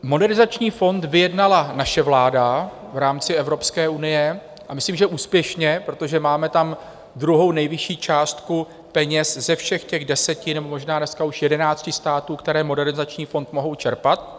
Modernizační fond vyjednala naše vláda v rámci Evropské unie a myslím, že úspěšně, protože máme tam druhou nejvyšší částku peněz ze všech deseti nebo možná dneska už jedenácti států, které Modernizační fond mohou čerpat.